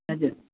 हजुर